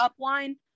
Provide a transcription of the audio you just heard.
upline